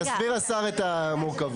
יסביר השר את המורכבות.